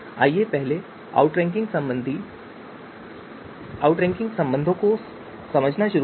आइए पहले आउटरैंकिंग संबंधों से शुरू करें